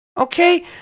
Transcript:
Okay